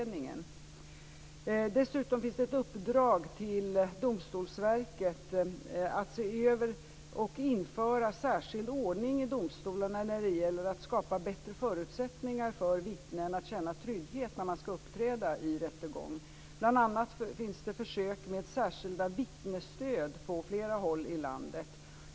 Dessutom finns ett uppdrag till Domstolsverket att se över och införa särskild ordning i domstolarna när det gäller att skapa bättre förutsättningar för vittnen att känna trygghet när de skall uppträda i rättegång. Det finns bl.a. försök med särskilda vittnesstöd på flera håll i landet.